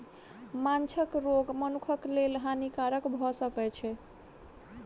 माँछक रोग मनुखक लेल हानिकारक भअ सकै छै